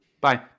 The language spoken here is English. Bye